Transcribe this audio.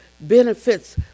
benefits